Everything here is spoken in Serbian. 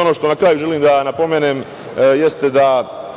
Ono što na kraju želim da napomenem jeste da